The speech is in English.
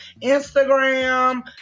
Instagram